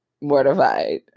mortified